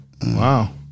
Wow